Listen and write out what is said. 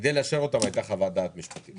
כדי לאשר אותם הייתה חוות דעת משפטית.